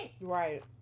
Right